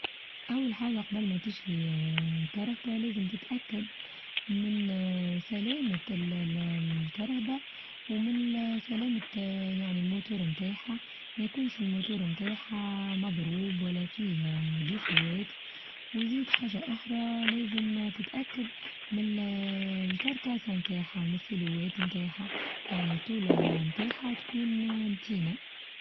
أول حاچة قبل ما تشترى آآ كركة لازم تتأكد من آآ سلامة ال-ال-الكربة ومن سلامة آآ يعني الموتور بتاعها ما يكونش الموتور بتاعها مظروب ولا فيه آآ ديفوات، وزيد حاچة أخرى لازم آآ تتأكد من الكركاسة بتاعها من الستيلوات بتاعها يعني التولة بتاعها تكون آآ متينة.